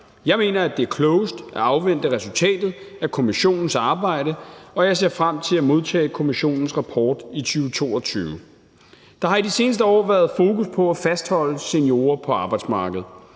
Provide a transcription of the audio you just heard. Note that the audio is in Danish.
Jeg mener, at det er klogest at afvente resultatet af kommissionens arbejde, og jeg ser frem til at modtage kommissionens rapport i 2022. Der har de seneste år været fokus på at fastholde seniorer på arbejdsmarkedet.